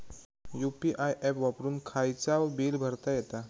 UPI app वापरून खायचाव bill भरता येता